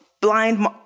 blind